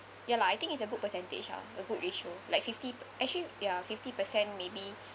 ya lah I think it's a good percentage ah a good ratio like fifty actually ya fifty percent maybe